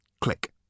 Click